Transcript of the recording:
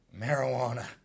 Marijuana